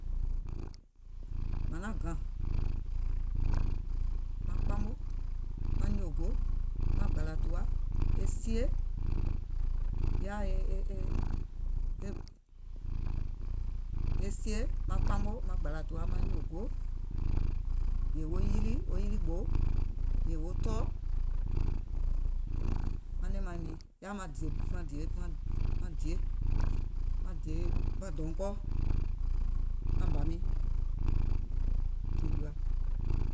Mȧŋ naŋ gàŋ, maŋ kpamò, maŋ nyòògoò, maŋ gbàlà tùwa, e sie, yaà e e e, sie, maŋ kpamò maŋ gbàlà tùwa, maŋ nyòògoò, yèè wo yiliì, wo yilì ɓòù, yèè wo tɔɔ, maŋ nɛ̀ŋ maŋ miiŋ yaȧ maŋ maŋ dɔ̀nkɔɔ, màŋ jùà.